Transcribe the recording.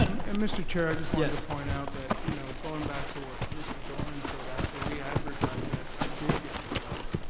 and mr. chair, i just wanted to point out that, you know going back to what mr. doran said, after we advertised that, i did get bombarded,